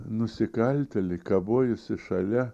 nusikaltėlį kabojusį šalia